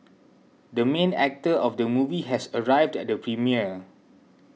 the main actor of the movie has arrived at the premiere